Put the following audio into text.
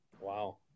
Wow